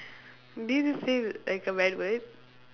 this is it like a bad word